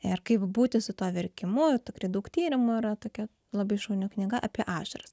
ir kaip būti su tuo verkimu tikrai daug tyrimų yra tokia labai šauni knyga apie ašaras